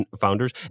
founders